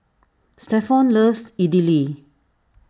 Stephon loves Idili